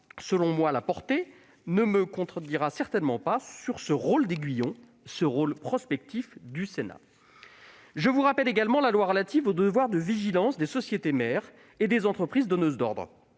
selon moi, la portée, ne me contredira certainement pas sur ce rôle d'aiguillon, ce rôle prospectif du Sénat. Je rappelle également la loi relative au devoir de vigilance des sociétés mères et des entreprises donneuses d'ordre.